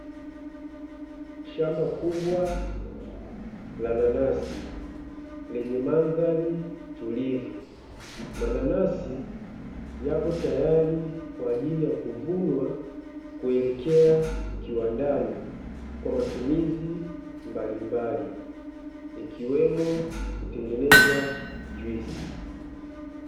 Shamba kubwa la nanasi lenye mandhari tulivu mananasi, yapotayari kwa ajili ya kuvunwa kuelekea kiwandani kwa matumizi mbalimbali ikiwemo kutengeneza juisi.